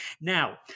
Now